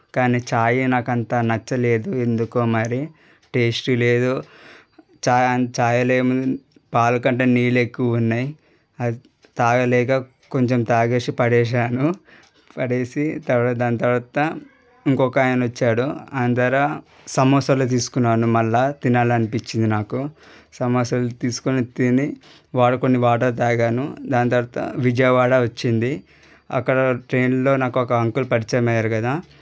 కానీ చాయ్ నాకు అంత నచ్చలేదు ఎందుకో మరి టేస్థు లేదు చాయ్ చాయ్లో ఏముంది పాలు కంటే నీళ్ళు ఎక్కువ ఉన్నాయి అది తాగలేక కొంచెం తాగేసి పడేశాను పడేసి తర్వాత దాని తర్వాత ఇంకొక ఆయన వచ్చాడు ఆయన దగ్గర సమోసాలు తీసుకున్నాను మళ్ళా తినాలనిపించింది నాకు సమోసాలు తీసుకొని తిని వాడు కొన్ని వాటర్ తాగాను దాని తర్వాత విజయవాడ వచ్చింది అక్కడ ట్రైన్లో నాకు ఒక అంకుల్ పరిచయం అయ్యారు కదా